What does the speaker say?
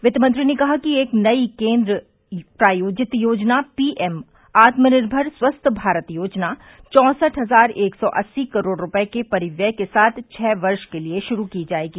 वित्तमंत्री ने कहा कि एक नई केन्द्र प्रायोजित योजना पीएम आत्मनिर्मर स्वस्थ भारत योजना चौंसठ हजार एक सौ अस्सी करोड़ रूपए के परिव्यय के साथ छ वर्ष के लिए शुरू की जाएगी